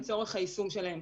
לצורך היישום שלהן.